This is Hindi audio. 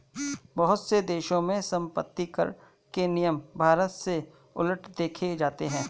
बहुत से देशों में सम्पत्तिकर के नियम भारत से उलट देखे जाते हैं